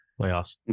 playoffs